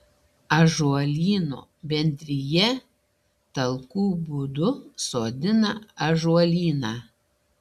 ąžuolyno bendrija talkų būdu sodina ąžuolyną